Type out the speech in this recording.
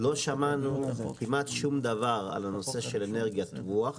לא שמענו כמעט שום דבר על הנושא של אנרגיית רוח.